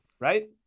right